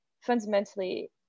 fundamentally